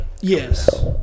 Yes